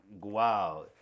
Wow